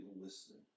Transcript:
listening